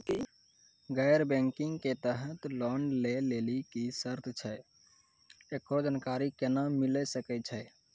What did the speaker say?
गैर बैंकिंग के तहत लोन लए लेली की सर्त छै, एकरो जानकारी केना मिले सकय छै?